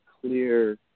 clear